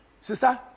Sister